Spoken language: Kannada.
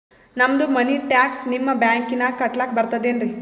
ನಮ್ದು ಮನಿ ಟ್ಯಾಕ್ಸ ನಿಮ್ಮ ಬ್ಯಾಂಕಿನಾಗ ಕಟ್ಲಾಕ ಬರ್ತದೇನ್ರಿ?